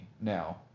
Now